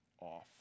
off